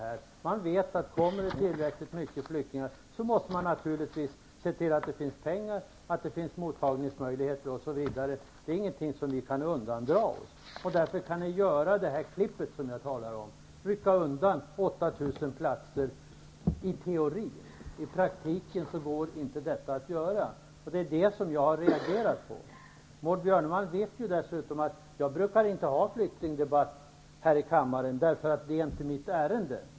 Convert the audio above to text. Om det kommer tillräckligt många flyktingar måste man se till att det finns pengar, mottagningsmöjligheter, osv. Det är ingenting som vi kan undandra oss, och därför kan ni göra det här klippet som jag talar om och i teorin rycka undan 8 000 platser. I praktiken går det inte att göra detta, och det är det som jag har reagerat på. Maud Björnemalm vet dessutom att jag inte brukar delta i flyktingdebatter här i kammaren, då det inte är mitt ärende.